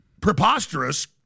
preposterous